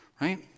Right